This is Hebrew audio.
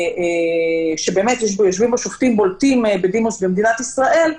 שבאמת יושבים בו שופטים בולטים בדימוס במדינת ישראל,